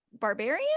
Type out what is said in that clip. barbarian